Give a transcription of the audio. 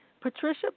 Patricia